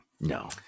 No